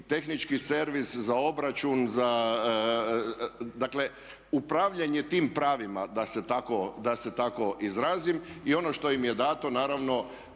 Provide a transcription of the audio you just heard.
tehnički servis za obračun, dakle upravljanje tim pravima da se tako izrazim. I ono što im je dano, dana